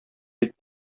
бит